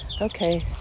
Okay